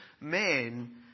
men